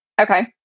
Okay